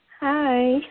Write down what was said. Hi